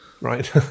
right